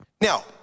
Now